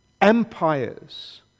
empires